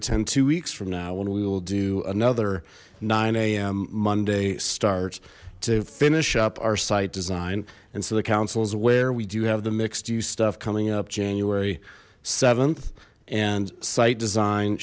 attend two weeks from now when we will do another a m monday start to finish up our site design and so the council is where we do have the mixed use stuff coming up january th and site design